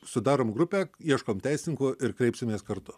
sudarom grupę ieškom teisininko ir kreipsimės kartu